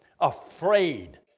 afraid